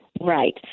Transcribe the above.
Right